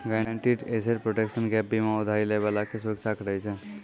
guaranteed asset protection gap बीमा उधारी लै बाला के सुरक्षा करै छै